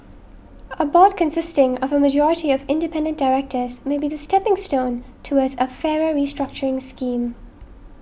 a board consisting of a majority of independent directors may be the stepping stone towards a fairer restructuring scheme